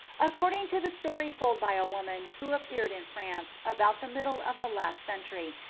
according to the story told by a woman who appeared in france about the middle of the last century,